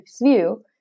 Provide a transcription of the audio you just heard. view